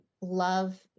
love